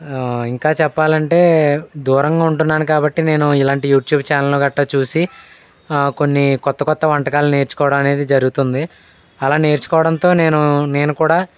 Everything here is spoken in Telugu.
ఇంకా చెప్పాలంటే దూరంగా ఉంటున్నాను కాబట్టి నేను ఇలాంటి యూట్యూబ్ ఛానల్ గట్టా చూసి కొన్ని క్రొత్త క్రొత్త వంటకాలు నేర్చుకోవడం అనేది జరుగుతుంది అలా నేర్చుకోవడంతో నేను నేను కూడా